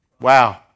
Wow